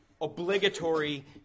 obligatory